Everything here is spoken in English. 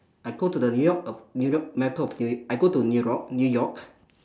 I go to the new-york of new-york of new I go to new rock new-york